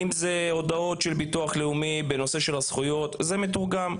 אם זה הודעות של ביטוח לאומי בנושא של זכויות זה מתורגם.